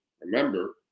remember